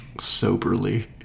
Soberly